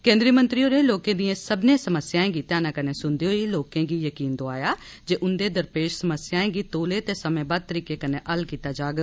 केन्द्रीय मंत्री होरें लोकें दियें सब्मनें समस्याएं गी ध्याना कन्नै सुनदे होई लोकें गी यकीन दोआया जे उन्दे दरपेश समस्याएं गी तौले ते समें बद्ध तरीके कन्नै हल कीता जाग